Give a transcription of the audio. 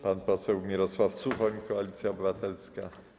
Pan poseł Mirosław Suchoń, Koalicja Obywatelska.